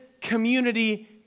community